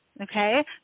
okay